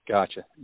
Gotcha